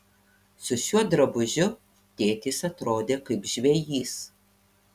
su šiuo drabužiu tėtis atrodė kaip žvejys